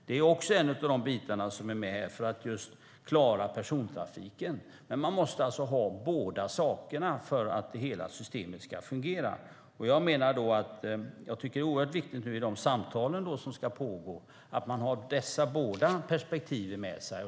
Den finns med just för att klara persontrafiken. Man måste alltså ha med båda delarna för att hela systemet ska fungera. Jag tycker att det är oerhört viktigt att i de samtal som nu ska föras ha med båda dessa perspektiv.